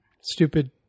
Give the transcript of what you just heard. stupid